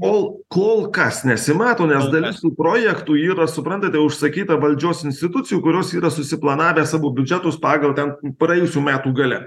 kol kol kas nesimato nes dalis tų projektų yra suprantate užsakyta valdžios institucijų kurios yra susiplanavę savo biudžetus pagal ten praėjusių metų gale